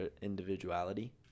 individuality